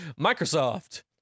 Microsoft